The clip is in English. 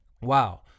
wow